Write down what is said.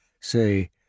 say